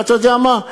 ואתה יודע מה?